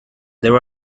there